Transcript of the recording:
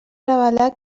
revelar